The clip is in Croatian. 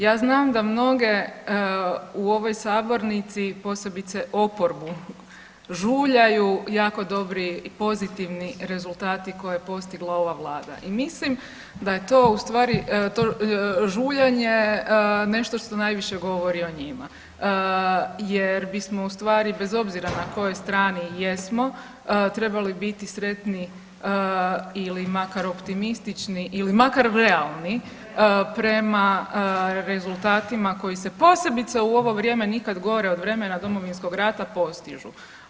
Ja znam da mnoge u ovoj sabornici, posebice oporbu žuljaju jako dobri i pozitivni rezultati koje je postigla ova Vlada i mislim da je to ustvari žuljanje nešto što najviše govori o njima, jer bismo ustvari bez obzira na kojoj strani jesmo trebali biti sretni, ili makar optimistični, ili makar realni prema rezultatima koji se posebice u ovo vrijeme nikada gore od vremena Domovinskog rata postižu.